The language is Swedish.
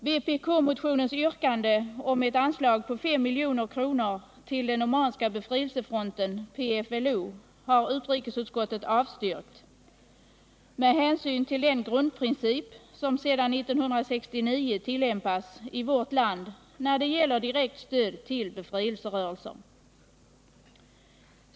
Vpk-motionens yrkande om ett anslag på 5 milj.kr. till den omanska befrielserörelsen PFLO har utrikesutskottet avstyrkt, med hänsyn till den grundprincip som sedan 1969 tillämpas i vårt land när det gäller direkt stöd till befrielserörelser.